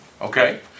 Okay